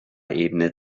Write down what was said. ebene